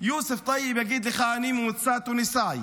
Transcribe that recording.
יוסף טייב יגיד לך: אני ממוצא תוניסאי,